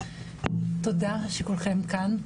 תודה שכולכן כאן.